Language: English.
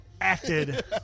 acted